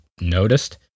noticed